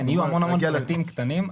יהיו המון פרטים קטנים.